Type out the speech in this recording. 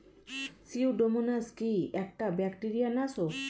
Pseudomonas কি একটা bacteria নাশক?